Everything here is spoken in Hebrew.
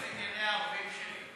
יועץ לענייני ערבים שלי.